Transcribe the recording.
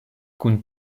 kun